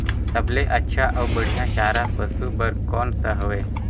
सबले अच्छा अउ बढ़िया चारा पशु बर कोन सा हवय?